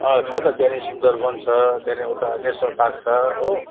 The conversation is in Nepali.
छ त त्यहाँ नि सुन्दर वन छ त्यहाँ नि उता नेसनल पार्क छ हो